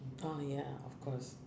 oh ya of course